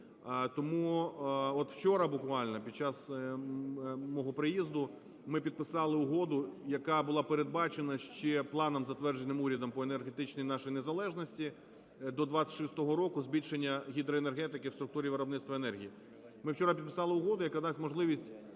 Тому, от, вчора, буквально, під час мого приїзду ми підписали угоду, яка була передбачена ще планом, затвердженим урядом енергетичній нашій незалежності, до 26-го року збільшення гідроенергетики в структурі виробництва енергії. Ми вчора підписали угоду, яка дасть можливість